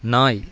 நாய்